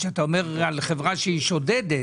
כשאתה אומר על חברה שהיא שודדת,